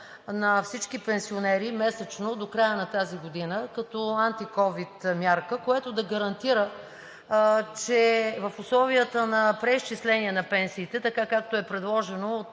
на всички пенсионери месечно до края на тази година, като антиковид мярка, което да гарантира, че в условията на преизчисление на пенсиите, така както е предложено